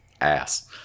ass